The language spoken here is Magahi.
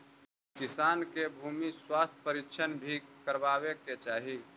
किसान के भूमि स्वास्थ्य परीक्षण भी करवावे के चाहि